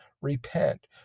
repent